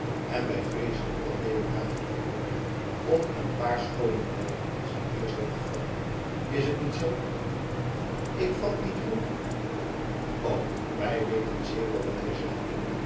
en wij vreezen niet dat deodaat van verona om een paar schoone oogen zijn heer zal afvallen is het niet zoo ik vat niet hoe o wij weten zeer wel wat wij zeggen